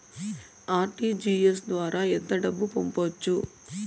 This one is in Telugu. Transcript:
ఆర్.టీ.జి.ఎస్ ద్వారా ఎంత డబ్బు పంపొచ్చు?